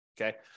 okay